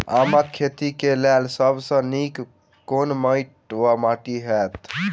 आमक खेती केँ लेल सब सऽ नीक केँ माटि वा माटि हेतै?